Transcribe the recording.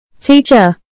Teacher